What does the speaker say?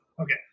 Okay